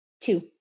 Two